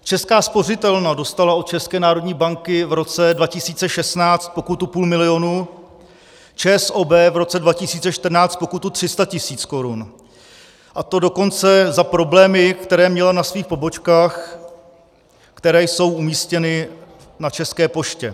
Česká spořitelna dostala od České národní banky v roce 2016 pokutu půl milionu, ČSOB v roce 2014 pokutu 300 000 korun, a to dokonce za problémy, které měla na svých pobočkách, které jsou umístěny na České poště.